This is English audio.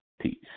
Peace